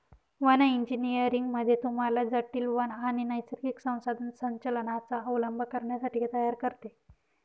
one engineering मध्ये तुम्हाला जटील वन आणि नैसर्गिक संसाधन संचालनाचा अवलंब करण्यासाठी तयार करते